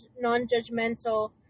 non-judgmental